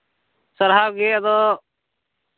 ᱯᱟᱲᱦᱟᱣ ᱜᱮ ᱟᱫᱚ